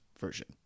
version